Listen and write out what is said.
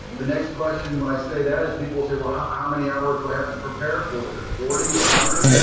the next question when i say that is people say, well, how many hours do i have to prepare for? is it forty or one hundred?